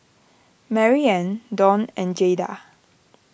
Maryanne Donn and Jaeda